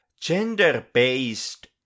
gender-based